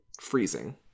freezing